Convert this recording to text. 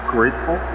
Grateful